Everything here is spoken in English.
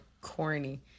corny